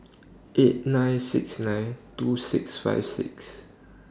eight nine six nine two six five six